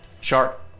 Shark